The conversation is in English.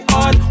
on